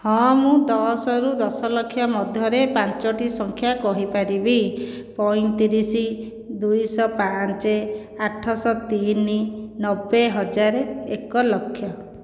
ହଁ ମୁଁ ଦଶରୁ ଦଶ ଲକ୍ଷ ମଧ୍ୟରେ ପାଞ୍ଚୋଟି ସଂଖ୍ୟା କହିପାରିବି ପଇଁତିରିଶ ଦୁଇଶହ ପାଞ୍ଚ ଆଠଶହ ତିନି ନବେ ହଜାର ଏକ ଲକ୍ଷ